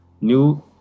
new